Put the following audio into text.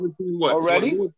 Already